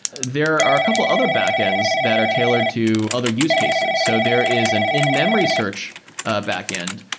there are couple other backends that are tailored to other use cases. so there is and in-memory search ah backend,